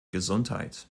gesundheit